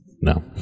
No